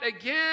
again